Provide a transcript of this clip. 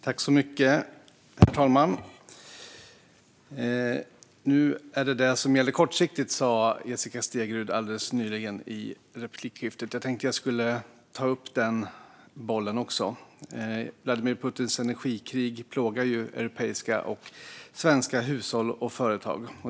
Herr talman! Nu är det detta som gäller kortsiktigt, sa Jessica Stegrud nyss i replikskiftet. Jag ska också ta upp den bollen. Vladimir Putins energikrig plågar europeiska och svenska hushåll och företag.